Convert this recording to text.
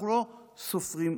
אנחנו לא סופרים אחורה.